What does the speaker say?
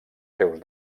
seus